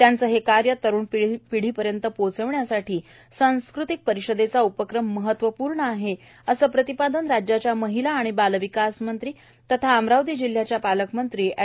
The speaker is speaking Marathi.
त्यांचे हे कार्य तरूण पिढीपर्यंत पोहोचण्यासाठी सांस्कृतिक परिषदेचा उपक्रम महत्वपूर्ण आहे असे प्रतिपादन राज्याच्या महिला व बालविकास मंत्री तथा अमरावती जिल्ह्याच्या पालकमंत्री अँड